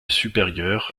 supérieure